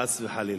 חס וחלילה,